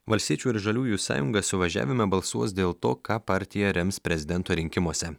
valstiečių ir žaliųjų sąjunga suvažiavime balsuos dėl to ką partija rems prezidento rinkimuose